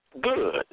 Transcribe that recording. good